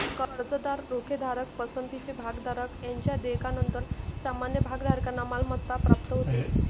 कर्जदार, रोखेधारक, पसंतीचे भागधारक यांच्या देयकानंतर सामान्य भागधारकांना मालमत्ता प्राप्त होते